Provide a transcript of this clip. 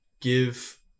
give